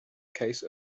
case